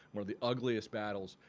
one of the ugliest battles,